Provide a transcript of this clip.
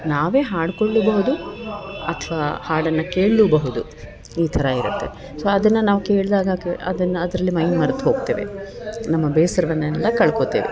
ನಾವೇ ಹಾಡ್ಕೊಳ್ಳಲೂಬಹುದು ಅಥವಾ ಹಾಡನ್ನು ಕೇಳಲೂಬಹುದು ಈ ಥರ ಇರುತ್ತೆ ಸೊ ಅದನ್ನು ನಾವು ಕೇಳಿದಾಗ ಅದನ್ನ ಅದರಲ್ಲಿ ಮೈ ಮರೆತು ಹೋಗ್ತೇವೆ ನಮ್ಮ ಬೇಸರವನ್ನೆಲ್ಲ ಕಳ್ಕೋತೇವೆ